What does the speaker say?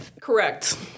Correct